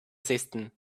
system